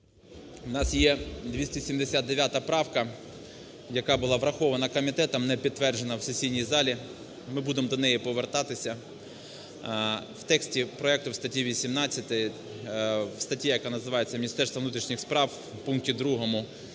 У нас є 279 правка, яка була врахована комітетом, не підтверджена в сесійній залі, ми будемо до неї повертатися. В тексті проекту в статті 18, в статті, яка називається "Міністерство внутрішніх справ", в пункті 2